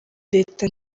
leta